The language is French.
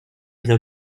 bien